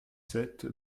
sept